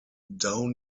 down